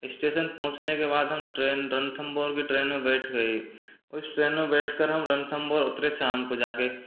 station पहुँचने के बाद हम ट्रेन रणथंबोर की ट्रेन में बैठ गए उस ट्रेन में बैठकर हम रणथंबोर उतरे शाम को जाके